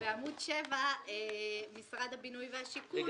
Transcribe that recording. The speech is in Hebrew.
בעמוד 7, שזה משרד הבינוי והשיכון,